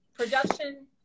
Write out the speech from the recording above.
Production